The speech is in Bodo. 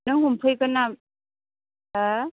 नों हमफैगोन नामा हो